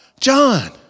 John